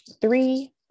three